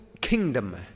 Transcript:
kingdom